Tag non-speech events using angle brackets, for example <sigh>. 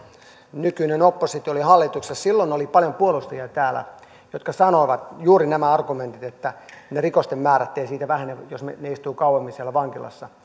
nykyinen oppositio oli hallituksessa silloin täällä oli paljon puolustajia jotka sanoivat juuri nämä argumentit että ne rikosten määrät eivät siitä vähene jos he istuvat kauemmin siellä vankilassa <unintelligible>